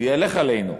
ילך עלינו.